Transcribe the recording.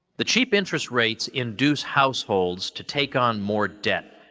the chief interest rates induce households to take on more debt,